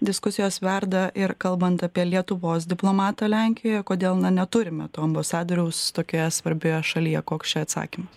diskusijos verda ir kalbant apie lietuvos diplomatą lenkijoj kodėl na neturime to ambasadoriaus tokioje svarbioje šalyje koks čia atsakymas